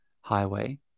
highway